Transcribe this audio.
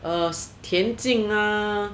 uh 田径阿